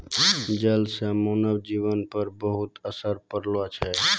जल से मानव जीवन पर बहुते असर पड़लो छै